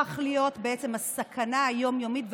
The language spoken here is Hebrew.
והפך להיות בעצם הסכנה היום-יומית.